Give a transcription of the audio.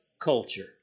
culture